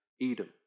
Edom